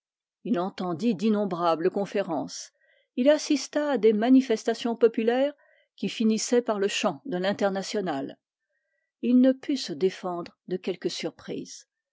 il entendit d'innombrables conférences il assista à des manifestations populaires qui finissaient par le chant de l'internationale et il ne put se défendre de quelque surprise